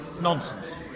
nonsense